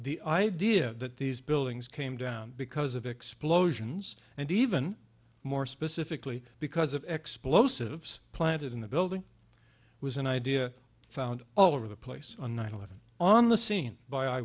the idea that these buildings came down because of explosions and even more specifically because of explosively planted in the building was an idea found all over the place on nine eleven on the scene by